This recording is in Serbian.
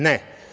Ne.